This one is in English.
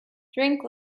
drink